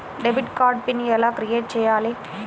Debit card PIN ఎలా create చెయ్యాలి?